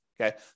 Okay